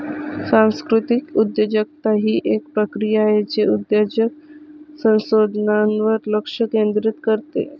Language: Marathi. सांस्कृतिक उद्योजकता ही एक प्रक्रिया आहे जे उद्योजक संसाधनांवर लक्ष केंद्रित करते